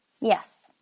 yes